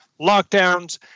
lockdowns